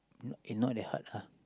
not eh not that hard lah